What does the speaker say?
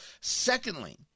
Secondly